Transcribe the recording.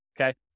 okay